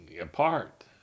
apart